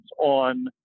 on